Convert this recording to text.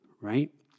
right